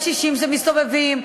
לקשישים שמסתובבים,